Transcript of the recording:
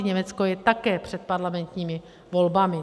Německo je také před parlamentními volbami.